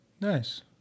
Nice